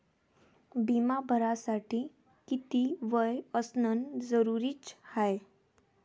बिमा भरासाठी किती वय असनं जरुरीच हाय?